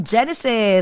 Genesis